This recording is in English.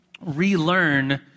relearn